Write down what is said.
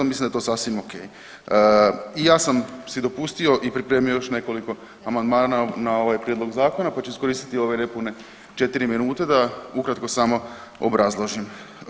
Mislim da je to sasvim o.k. I ja sam si dopustio i pripremio još nekoliko amandmana na ovaj prijedlog zakona, pa ću iskoristiti ove nepune četiri minute da ukratko samo obrazložim.